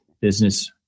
business